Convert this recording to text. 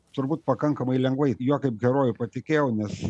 turbūt pakankamai lengvai juo kaip heroju patikėjau nes